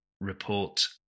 report